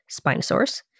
Spinosaurus